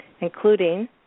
including